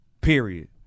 Period